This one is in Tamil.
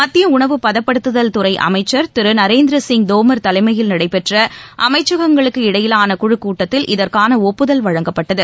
மத்திய உணவு பதப்படுத்துதல் துறை அமைச்சர் திரு நரேந்திர சிங் தோமர் தலைமையில் நடைபெற்ற அமைச்சகங்களுக்காக இடையிலான குழுக்கூட்டத்தில் இதற்கான ஒப்புதல் வழங்கப்பட்டது